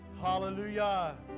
Hallelujah